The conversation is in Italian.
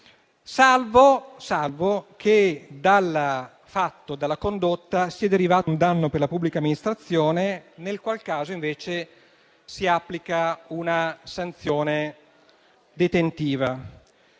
salvo che dalla condotta sia derivato un danno per la pubblica amministrazione, nel qual caso, invece, si applica una sanzione detentiva.